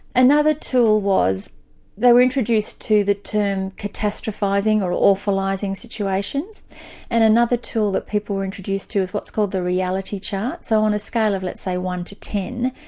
another tool was they were introduced to the term catastrophising or awfulising situations and another tool that people were introduced to is what's called the reality chart. so on a scale of let's one to ten,